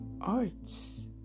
arts